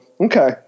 okay